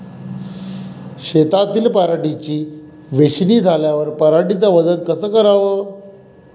शेतातील पराटीची वेचनी झाल्यावर पराटीचं वजन कस कराव?